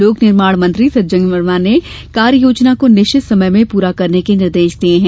लोकनिर्माण मंत्री सज्जन वर्मा ने कार्य योजना को निश्चित समय सीमा में पूरा करने के निर्देश दिये हैं